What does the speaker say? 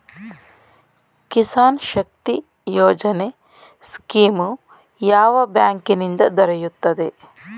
ಕಿಸಾನ್ ಶಕ್ತಿ ಯೋಜನೆ ಸ್ಕೀಮು ಯಾವ ಬ್ಯಾಂಕಿನಿಂದ ದೊರೆಯುತ್ತದೆ?